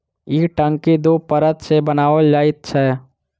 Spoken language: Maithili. ई टंकी दू परत सॅ बनाओल जाइत छै